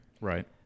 right